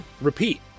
repeat